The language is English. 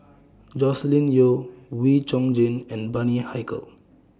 Joscelin Yeo Wee Chong Jin and Bani Haykal